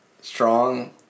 Strong